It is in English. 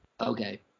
Okay